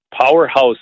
powerhouse